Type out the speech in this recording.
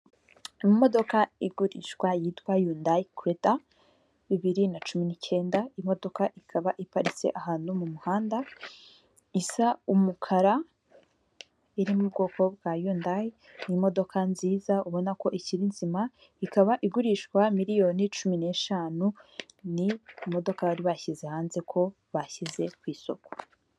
Imodoka igurishwa yitwa yundayi kereta bibiri na cumi n'icyenda, imodoka ikaba iparitse ahantu mu muhanda isa umukara, iri mu ubwoko bwa yundayi, ni imodoka nziza ubona ko ikiri nzima, ikaba igurishwa miliyoni cumi n'eshanu, ni imodoka bari bashyize hanze ko bashyize kw'isoko.